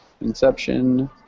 Inception